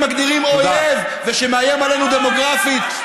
מגדירים אויב ושמאיים עלינו דמוגרפית,